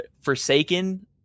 Forsaken